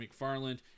McFarland